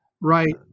Right